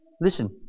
Listen